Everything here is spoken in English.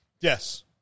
Yes